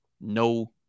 no